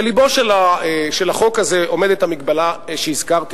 בלבו של החוק הזה עומדת ההגבלה שהזכרתי.